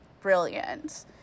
brilliant